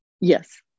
Yes